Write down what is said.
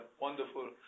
wonderful